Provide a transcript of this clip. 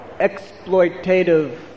exploitative